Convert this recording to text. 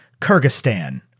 Kyrgyzstan